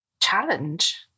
challenge